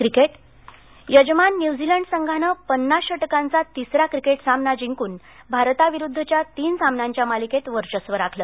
cricket यजमान New Zealand संघानं पन्नास षटकांचा तिसरा क्रिकेट सामना जिंकून भारताविरुद्धच्या तीन सामन्यांच्या मालिकेत वर्घस्व राखलं